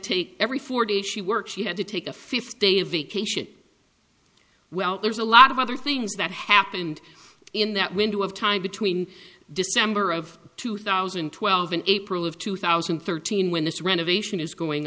take every forty she worked she had to take a fifth day of vacation well there's a lot of other things that happened in that window of time between december of two thousand and twelve and april of two thousand and thirteen when this renovation is going